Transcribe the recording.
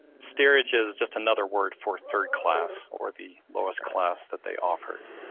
steerage is just another word for third class or the lowest class that they offered.